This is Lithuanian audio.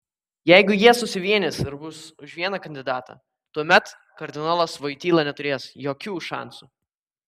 jeigu jie susivienys ir bus už vieną kandidatą tuomet kardinolas voityla neturės jokių šansų